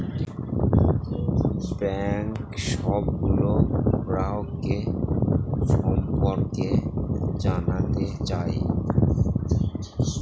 bank সবগুলো গ্রাহকের সম্পর্কে জানতে চায়